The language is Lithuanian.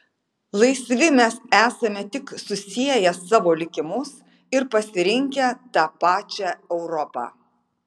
laisvi mes esame tik susieję savo likimus ir pasirinkę tą pačią europą